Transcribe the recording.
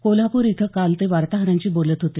कोल्हापूर इथं काल ते वार्ताहरांशी बोलत होते